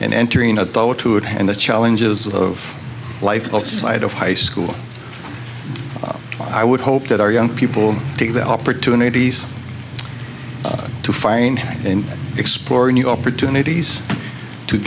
and entering adulthood and the challenges of life outside of high school i would hope that our young people take the opportunities to find and explore new opportunities to